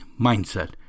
mindset